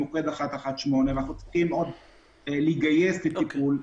או במוקד 118 ואנחנו צריכים לגייס לטיפול.